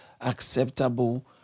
acceptable